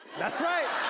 that's right.